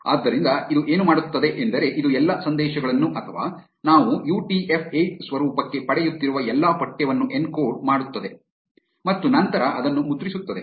ಆದ್ದರಿಂದ ಇದು ಏನು ಮಾಡುತ್ತದೆ ಎಂದರೆ ಇದು ಎಲ್ಲಾ ಸಂದೇಶಗಳನ್ನು ಅಥವಾ ನಾವು ಯುಟಿಎಫ್ 8 ಸ್ವರೂಪಕ್ಕೆ ಪಡೆಯುತ್ತಿರುವ ಎಲ್ಲಾ ಪಠ್ಯವನ್ನು ಎನ್ಕೋಡ್ ಮಾಡುತ್ತದೆ ಮತ್ತು ನಂತರ ಅದನ್ನು ಮುದ್ರಿಸುತ್ತದೆ